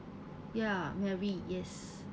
ya mary yes